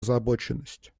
озабоченность